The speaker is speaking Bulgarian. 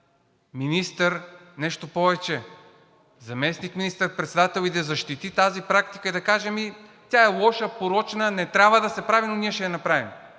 министър – нещо повече, заместник министър-председател, и да защити тази практика, и да каже: „Ами тя е лоша, порочна, не трябва да се прави, но ние ще я направим,